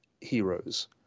heroes